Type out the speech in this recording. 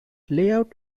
layout